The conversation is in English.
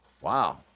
Wow